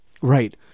Right